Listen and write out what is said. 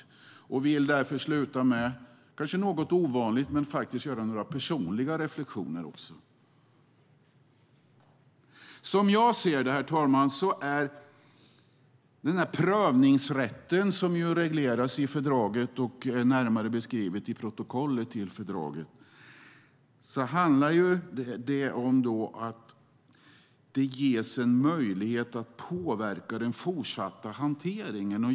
Därför vill jag avsluta, kanske något ovanligt, med några personliga reflexioner. Som jag ser det handlar den prövningsrätt som regleras i fördraget och som närmare beskrivs i protokollet till fördraget om att det ges en möjlighet att påverka den fortsatta hanteringen.